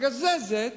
הגזזת